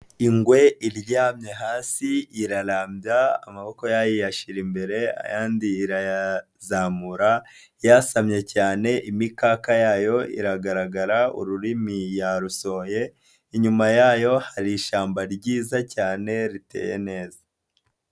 Ingwe iryamye hasi irarambya amaboko yayo iyashyira imbere ayandi irazamura yasamye cyane imikaka yayo iragaragara ururimi yarusoye, inyuma yayo hari ishyamba ryiza cyane riteye neza.